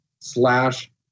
slash